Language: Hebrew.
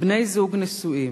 שבני-זוג נשואים,